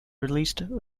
released